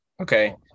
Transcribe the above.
okay